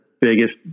biggest